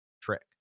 trick